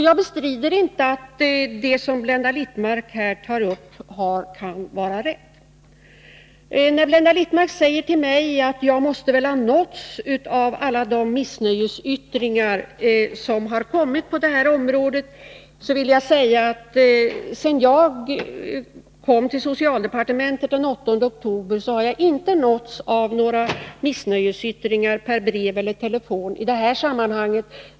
Jag bestrider inte att vad Blenda Littmarck här sade kan vara riktigt. Blenda Littmarck sade till mig att jag väl måste ha nåtts av missnöjesytteringarna på det här området. Jag vill då säga att jag, sedan jag kom till socialdepartementet den 8 oktober, inte nåtts av några missnöjesyttringar i detta sammanhang per brev eller telefon.